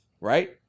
right